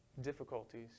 difficulties